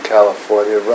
California